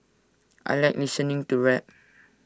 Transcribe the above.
I Like listening to rap